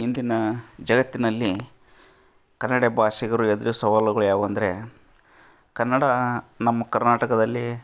ಇಂದಿನ ಜಗತ್ತಿನಲ್ಲಿ ಕನ್ನಡ ಭಾಷಿಗರು ಎದ್ರಿ ಸವಾಲುಗಳ್ಯಾವುವು ಅಂದರೆ ಕನ್ನಡ ನಮ್ಮ ಕರ್ನಾಟಕದಲ್ಲಿ